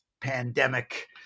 pandemic